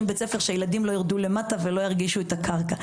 בית ספר שבו ילדים לא ירדו למטה ולא ירגישו את הקרקע.